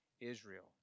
Israel